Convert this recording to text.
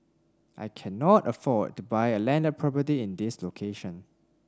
I cannot afford to buy a landed property in this location